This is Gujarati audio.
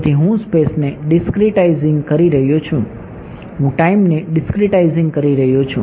તેથી હું સ્પેસને ડીસ્ક્રીટાઈઝિંગ કરી રહ્યો છું હું ટાઈમને ડીસ્ક્રીટાઈઝિંગ કરી રહ્યો છું